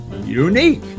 unique